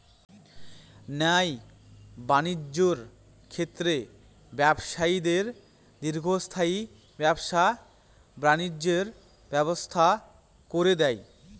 ন্যায় বাণিজ্যের ক্ষেত্রে ব্যবসায়ীদের দীর্ঘস্থায়ী ব্যবসা বাণিজ্যের ব্যবস্থা করে দেয়